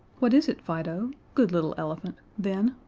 what is it, fido good little elephant then?